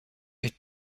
est